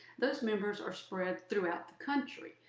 those members are spread throughout the country.